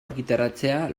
argitaratzea